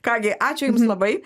ką gi ačiū jums labai